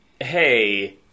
Hey